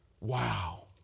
Wow